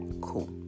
Cool